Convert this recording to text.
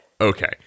Okay